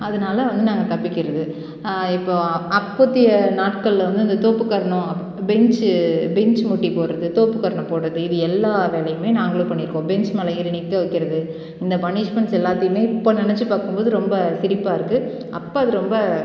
அதனால வந்து நாங்கள் தப்பிக்கிறது இப்போது அப்போதைய நாட்களில் வந்து இந்த தோப்புக்காரணம் பெஞ்ச்சு பெஞ்ச் முட்டி போடுகிறது தோப்புக்காரணம் போடுகிறது இது எல்லா வேலையுமே நாங்களும் பண்ணியிருக்கோம் பெஞ்ச் மேலே ஏறி நிற்க வைக்கிறது இந்த பனிஷ்மண்ட்ஸ் எல்லாத்தையுமே இப்போ நினைச்சி பார்க்கும்போது ரொம்ப சிரிப்பாயிருக்கு அப்போ அது ரொம்ப